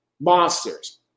Monsters